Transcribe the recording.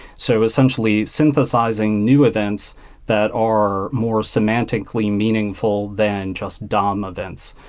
so essentially, synthesizing new events that are more semantically meaningful than just dom events.